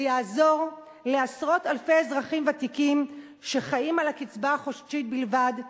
זה יעזור לעשרות אלפי אזרחים ותיקים שחיים על הקצבה החודשית בלבד,